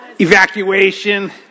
Evacuation